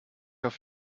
auf